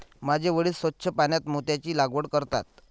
माझे वडील स्वच्छ पाण्यात मोत्यांची लागवड करतात